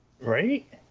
right